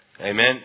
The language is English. Amen